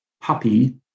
puppy